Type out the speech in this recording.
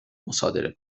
مصادره